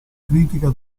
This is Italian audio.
critica